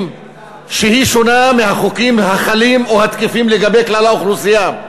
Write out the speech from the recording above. ששונה מהחוקים החלים או התקפים לגבי כלל האוכלוסייה.